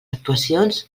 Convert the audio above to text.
actuacions